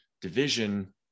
division